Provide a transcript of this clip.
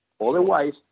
Otherwise